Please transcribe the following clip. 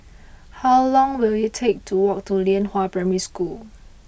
how long will it take to walk to Lianhua Primary School